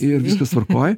ir viskas tvarkoj